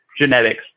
genetics